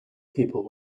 people